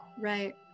Right